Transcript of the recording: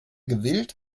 gewillt